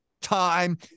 time